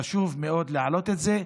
חשוב מאוד להעלות את זה,